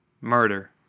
Murder